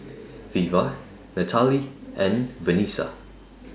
Veva Natalee and Vanessa